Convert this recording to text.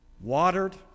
watered